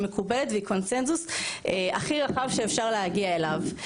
מקובלת והיא קונצנזוס הכי רחב שאפשר להגיע אליו.